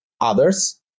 Others